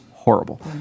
horrible